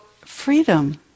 freedom